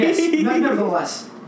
nevertheless